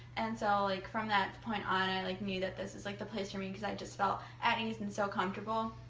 and so like from that point on, i like knew that this was like the for me, because i just felt at ease and so comfortable.